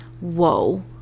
whoa